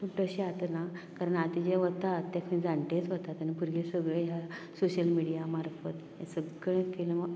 तशें आतां ना कारण आता जे वतात तें खंय जाण्टेच वतात आनी भुरगे सगळे ह्या सोशल मिडीया मार्फत हें सगलें फिल्म